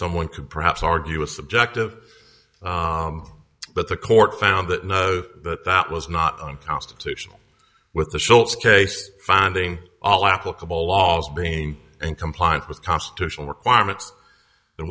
someone could perhaps argue a subjective but the court found that no that was not unconstitutional with the shorts case finding all applicable laws being in compliance with constitutional requirements